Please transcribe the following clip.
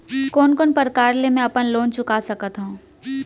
कोन कोन प्रकार ले मैं अपन लोन चुका सकत हँव?